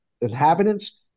inhabitants